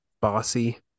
Bossy